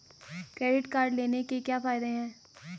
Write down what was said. Credit card लेने के क्या फायदे हैं?